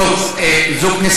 תוותר.